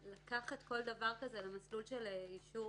לקחת כל דבר כזה למסלול של אישור